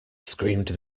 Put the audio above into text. screamed